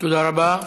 תודה רבה.